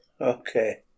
Okay